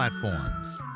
platforms